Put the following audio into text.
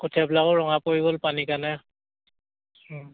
কঠীয়াবিলাকো ৰঙা পৰি গ'ল পানী কাৰণে